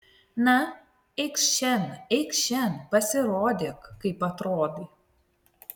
na eikš šen eikš šen pasirodyk kaip atrodai